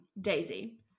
Daisy